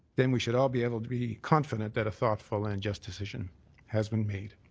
then we should all be able to be confident that a thoughtful and just decision has been made.